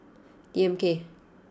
D M K